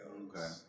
Okay